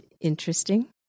interesting